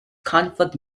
conflict